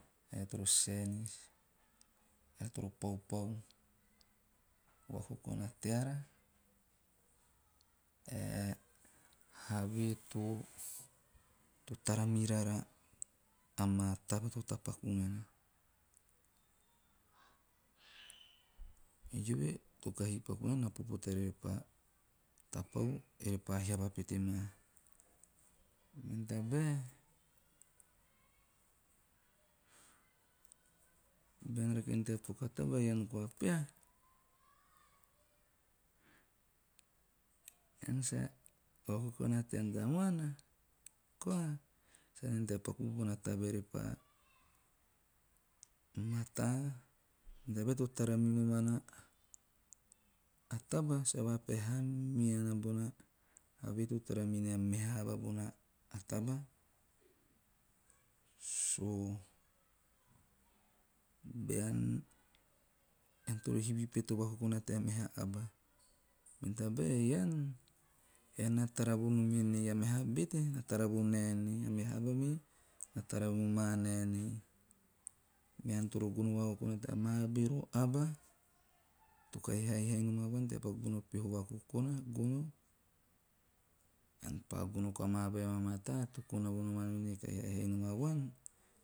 Eara toro 'saenis' eara toro paupau o vakokona teara ae have to tara muraara a maa taba to tapakau nana. Eove to kahi paku nana a a popo teara pa tapau orepa hiava pete maa. Mene tabal, bean rake nom tea paku a taba ean koa peha, ean sa o vakokona tean tamuana koa, sa ante haana tea paku bona taba repa mataa, mene tabal to tara nunom an a taba, sa vapeha haa minana bona have to tara minea meha aba bona a taba 'so', bean ean toro hivi pete o vakokona tea meha aba pete na tara vonaen ei, meha aba me na tara vomaa naenei. Mean toro gono vakokona tea maa bero aba to kahi haihai nom avuan tea paku bono peho vakokona ean pa gono koa amaa aba vai amaa mataa to kona vomom an voen to kahi haihai nom a vuan.